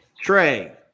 Trey